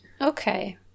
Okay